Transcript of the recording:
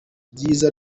ryiza